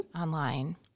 online